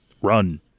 run